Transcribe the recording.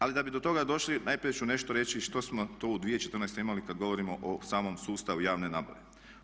Ali da bi do toga došli najprije ću nešto reći što smo to u 2014. imali kad govorimo o samom sustavu javne nabave.